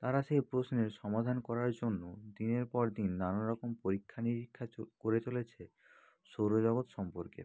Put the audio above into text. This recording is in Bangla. তারা সেই প্রশ্নের সমাধান করার জন্য দিনের পর দিন নানারকম পরীক্ষা নিরীক্ষা চো করে চলেছে সৌরজগৎ সম্পর্কে